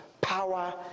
power